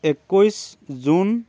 একৈছ জুন